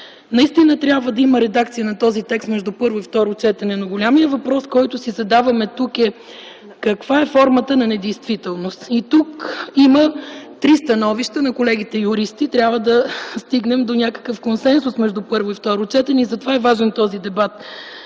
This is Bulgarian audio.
Наистина трябва да има редакция на този текст между първо и второ четене. Големият въпрос, който си задаваме тук, е: каква е формата на недействителност? Тук има три становища на колегите-юристи. Трябва да стигнем до някакъв консенсус между първо и второ четене и затова е важен този дебат